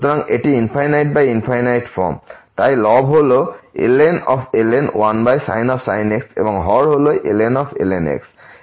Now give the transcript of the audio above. সুতরাং আমাদের আছে ∞∞ তাই লব হল ln 1sin x এবং হর হল ln x